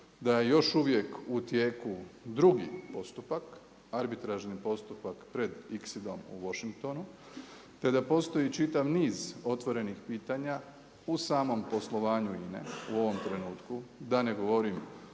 da je još uvijek u tijeku drugi postupak, arbitražni postupak pred OXID-om u Washingtonu, te da postoji čitav niz otvorenih pitanja u samom poslovanju INA-e u ovom trenutku, da ne govorim